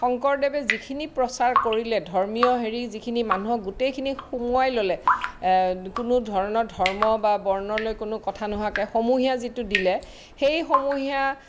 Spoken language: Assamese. শংকৰদেৱে যিখিনি প্ৰচাৰ কৰিলে ধৰ্মীয় হেৰি যিখিনি মানুহক গোটেইখিনি সোমোৱাই ল'লে কোনো ধৰ্ম বা বৰ্ণলৈ কোনো কথা নোহোৱাকে সমূহীয়া যিটো দিলে সেই সমূহীয়া